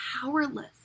powerless